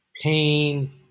pain